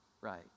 right